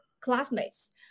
classmates